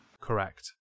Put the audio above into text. Correct